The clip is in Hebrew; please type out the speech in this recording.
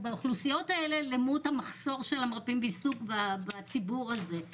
באוכלוסיות האלה למול המחסור של המרפאים בעיסוק בציבור הזה.